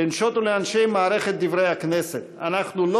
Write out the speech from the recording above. לנשות ולאנשי מערכת "דברי הכנסת" אנחנו לא